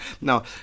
Now